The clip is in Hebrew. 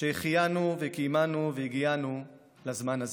שהחיינו וקיימנו והגיענו לזמן הזה.